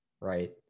right